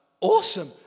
awesome